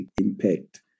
impact